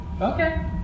Okay